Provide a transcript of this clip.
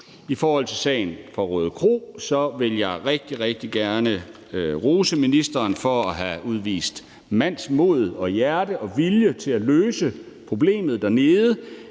I forhold til sagen fra Rødekro vil jeg rigtig, rigtig gerne rose ministeren for at have udvist mandsmod og hjerte og vilje til at løse problemet dernede.